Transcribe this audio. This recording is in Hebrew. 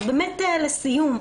אז באמת לסיום,